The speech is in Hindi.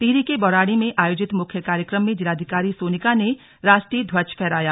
टिहरी के बौराड़ी में आयोजित मुख्य कार्यक्रम में जिलाधिकारी सोनिका ने राष्ट्रीय ध्वज फहराया